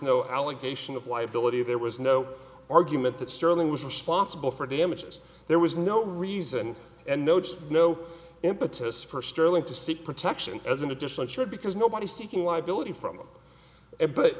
no allegation of liability there was no argument that sterling was responsible for damages there was no reason and notice no impetus for sterling to seek protection as an additional should because nobody seeking liability from